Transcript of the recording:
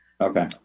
Okay